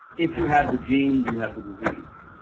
if you have the gene, do you have the disease?